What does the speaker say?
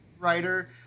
writer